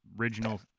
original